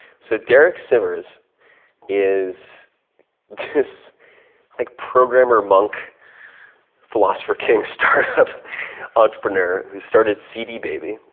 so derek sivers is this like programmer monk philosopher king start up entrepreneur who started cd baby,